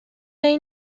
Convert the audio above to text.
این